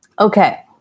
Okay